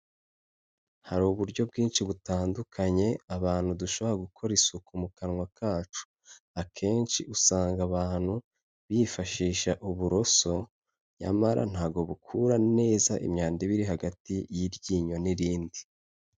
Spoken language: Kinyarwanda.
Hari uburyo bwinshi butandukanye abantu dushobora gukora isuku mu kanwa kacu, akenshi usanga abantu bifashisha uburoso, nyamara ntago bukura neza imyanda iba iri hagati y'iryinyo n'irindi.